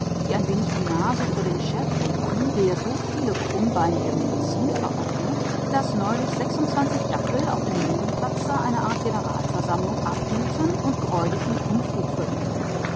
die ein wenig die nase über den chef rümpfen der so viele krummbeinige medizin verordnet daß neulich sechsundzwanzig dackel auf dem lindenplatze eine art generalversammlung abhielten und greulichen unfug verübten